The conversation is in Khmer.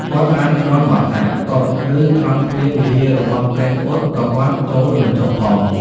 គាត់បានលាន់មាត់ថា កុដិ ឬខ្លោងទ្វារវិហាររបស់ព្រះពុទ្ធ ក៏គាត់ចូលមិនចុះផង។